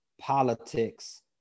politics